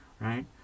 right